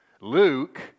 Luke